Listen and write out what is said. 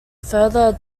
further